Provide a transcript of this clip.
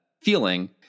feeling